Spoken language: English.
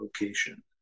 location